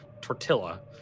Tortilla